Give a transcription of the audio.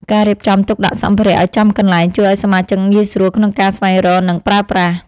ការរៀបចំទុកដាក់សម្ភារៈឱ្យចំកន្លែងជួយឱ្យសមាជិកងាយស្រួលក្នុងការស្វែងរក និងប្រើប្រាស់។